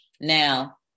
Now